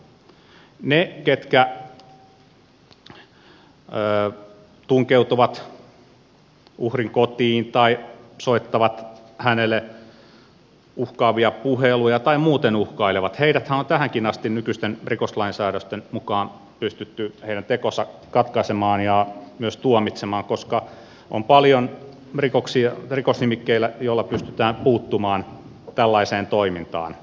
heidän ketkä tunkeutuvat uhrin kotiin tai soittavat hänelle uhkaavia puheluja tai muuten uhkailevat tekonsa on tähänkin asti nykyisten rikoslain säädösten mukaan pystytty katkaisemaan ja myös tuomitsemaan koska on paljon rikosnimikkeitä joilla pystytään puuttumaan tällaiseen toimintaan